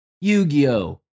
Yu-Gi-Oh